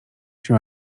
się